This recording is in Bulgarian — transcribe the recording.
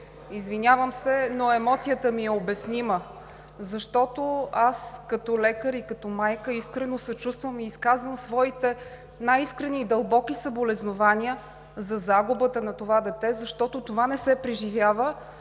Извинявам се, но емоцията ми е обяснима, защото, като лекар и като майка, искрено съчувствам и изказвам своите най-искрени и дълбоки съболезнования за загубата на това дете; защото това не се преживява,